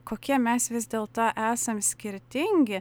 kokie mes vis dėl to esam skirtingi